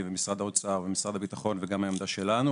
ומשרד האוצר ומשרד הביטחון וגם העמדה שלנו.